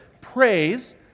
praise